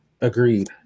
Agreed